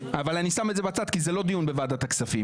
אבל אני שם את זה בצד כי זה לא דיון בוועדת הכספים,